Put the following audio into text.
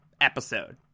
episode